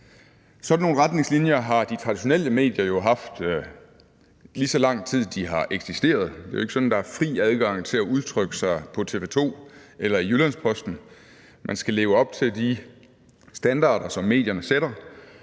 Sådan nogle retningslinjer har de traditionelle medier jo haft, lige så lang tid de har eksisteret. Det er jo ikke sådan, at der er fri adgang til at udtrykke sig på TV 2 eller i Jyllands-Posten; man skal leve op til de standarder, som medierne sætter.